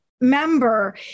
member